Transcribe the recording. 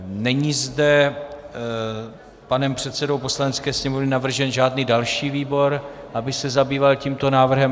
Není zde panem předsedou Poslanecké sněmovny navržen žádný další výbor, aby se zabýval tímto návrhem.